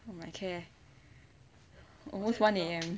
okay it's almost one A_M